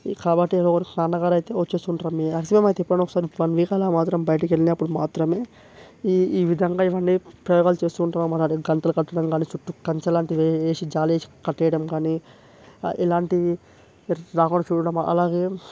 కాబట్టి ఎవరో ఒకరు నాన్నగారు అయితే వచ్చేస్సుంటారు మ్యాక్సిమమ్ అయితే ఎపుడన్న ఒకసారి వన్ వీక్ అలా మాత్రం బయటకెళ్ళినపుడు మాత్రమే ఈ ఈ విధంగా ఇవన్ని ప్రయోగాలు చేస్తూ ఉంటాము అన్నమాట గంటలు కట్టడంకాని చుట్టూ కంచెలాంటివి వేసి జాలి వేసి కట్టేయటం కాని ఇలాంటివి రాకుండా చూడడం అలాగే